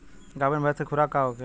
गाभिन भैंस के खुराक का होखे?